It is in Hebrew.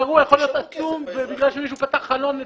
האירוע יכול להיות עצום ובגלל שמישהו פתח את